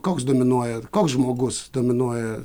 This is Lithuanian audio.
koks dominuoja koks žmogus dominuoja